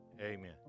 Amen